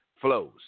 flows